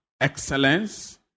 excellence